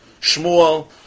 Shmuel